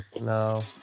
No